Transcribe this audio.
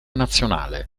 nazionale